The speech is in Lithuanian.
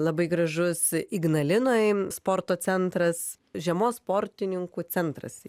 labai gražus ignalinoj sporto centras žiemos sportininkų centras